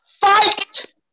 Fight